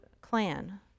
clan